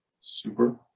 super